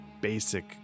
basic